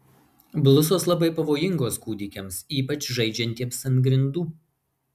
blusos labai pavojingos kūdikiams ypač žaidžiantiems ant grindų